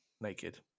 naked